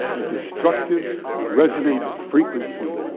a destructive resonant frequency.